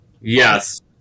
Yes